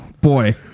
boy